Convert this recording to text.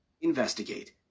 Investigate